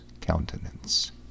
countenance